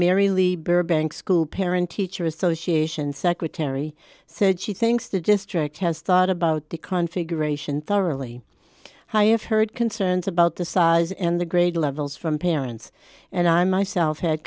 mary lee burbank school parent teacher association secretary said she thinks the district has thought about the conflict ration thoroughly have heard concerns about the size and the grade levels from parents and i myself had